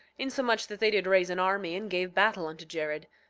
insomuch that they did raise an army and gave battle unto jared.